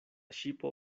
ŝipo